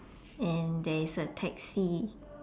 and there is a taxi